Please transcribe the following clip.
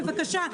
בבקשה,